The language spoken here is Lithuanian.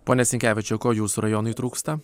pone sinkevičiau ko jūsų rajonui trūksta